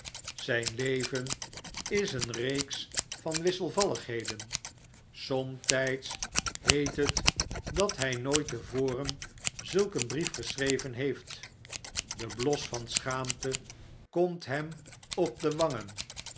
zijn leven is een reeks van wisselvalligheden somtijds heet het dat hij nooit te voren zulk een brief geschreven heeft de bios van schaamte komt hem op de wangen